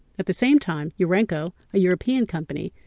at the same time yeah urenco, a european company,